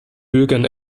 bürgern